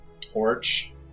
torch